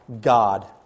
God